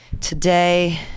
Today